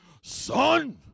Son